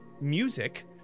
music